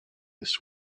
this